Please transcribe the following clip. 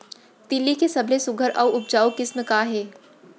तिलि के सबले सुघ्घर अऊ उपजाऊ किसिम का हे?